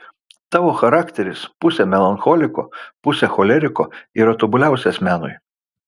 tavo charakteris pusė melancholiko pusė choleriko yra tobuliausias menui